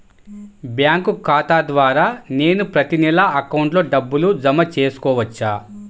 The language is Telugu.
బ్యాంకు ఖాతా ద్వారా నేను ప్రతి నెల అకౌంట్లో డబ్బులు జమ చేసుకోవచ్చా?